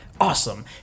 awesome